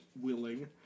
willing